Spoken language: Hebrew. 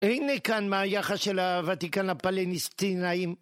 הנה כאן מהייחס של הוותיקן לפלניסטינאים...